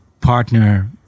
partner